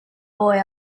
boy